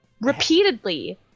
repeatedly